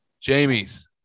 Jamie's